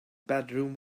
bedroom